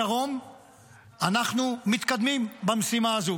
בדרום אנחנו מתקדמים במשימה הזו.